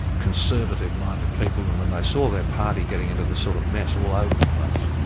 conservative-minded people, and when they saw their party getting into this sort of mess all over the place,